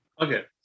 Okay